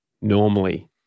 normally